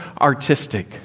artistic